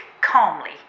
calmly